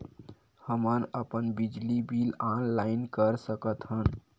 हमन अपन बिजली बिल ऑनलाइन कर सकत हन?